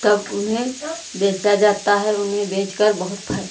तब उन्हें बेचा जाता है उन्हें बेचकर बहुत फ